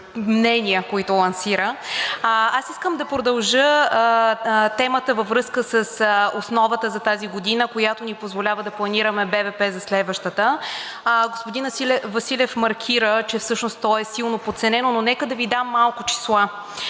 мнения, които лансира. Аз искам да продължа темата във връзка с основата за тази година, която ни позволява да планираме БВП за следващата. Господин Василев маркира, че всъщност той е силно подценен, но нека да Ви дам малко числа.